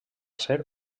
ser